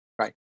Right